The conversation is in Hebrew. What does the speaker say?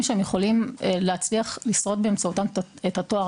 שהם יכולים להצליח לשרוד באמצעותם את התואר.